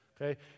okay